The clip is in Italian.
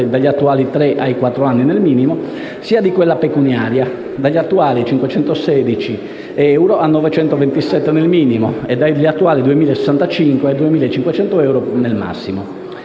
dagli attuali tre a quattro anni nel minimo, sia di quella pecuniaria, dagli attuali 516 euro a 927 euro, nel minimo, e dagli attuali euro 2.065 a 2.500 euro, nel massimo.